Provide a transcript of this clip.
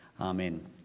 Amen